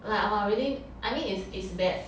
like !wah! really I mean it's it's bad